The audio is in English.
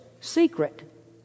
secret